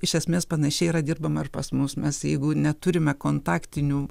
iš esmės panašiai yra dirbama ir pas mus mes jeigu neturime kontaktinių